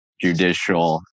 judicial